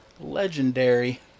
legendary